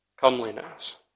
comeliness